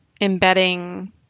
embedding